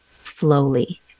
slowly